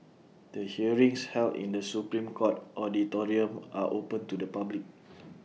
the hearings held in the Supreme court auditorium are open to the public